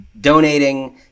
donating